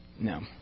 No